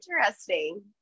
Interesting